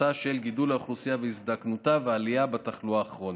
של גידול האוכלוסייה והזדקנותה והעלייה בתחלואה הכרונית.